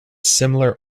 similar